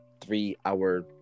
three-hour